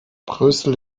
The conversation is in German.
brüssel